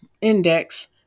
index